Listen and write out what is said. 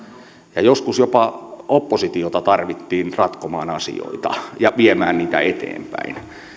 ja joskus jopa oppositiota tarvittiin ratkomaan asioita ja viemään niitä eteenpäin